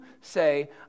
say